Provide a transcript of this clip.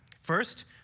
First